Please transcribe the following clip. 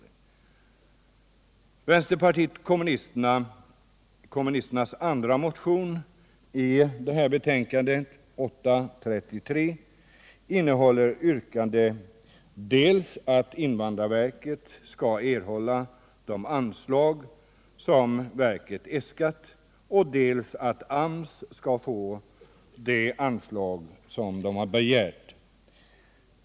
I vänsterpartiet kommunisternas andra motion, nr 833, yrkas dels att invandrarverket skall erhålla de anslag som verket äskat, dels att AMS skall få de anslag som begärts.